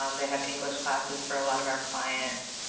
um they have english classes for a lot of our clients.